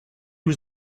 was